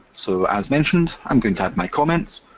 so as mentioned, i'm going to add my comments,